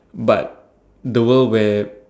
but the world where